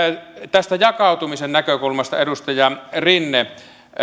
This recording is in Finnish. tästä jakautumisen näkökulmasta edustaja rinne